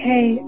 Hey